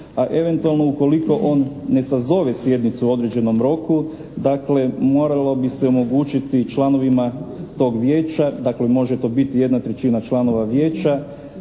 a eventualno ukoliko on ne sazove sjednicu u određenom roku moralo bi se omogućiti članovima tog vijeća, može to biti 1/3 članova vijeća